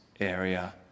area